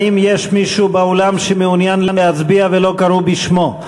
האם יש מישהו באולם שמעוניין להצביע ולא קראו בשמו?